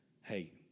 hey